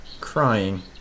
crying